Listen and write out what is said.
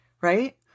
Right